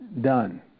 done